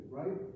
right